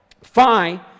Phi